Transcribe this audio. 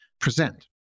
present